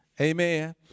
Amen